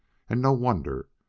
and no wonder!